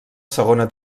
segona